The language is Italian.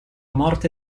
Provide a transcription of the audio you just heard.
morte